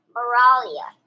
Moralia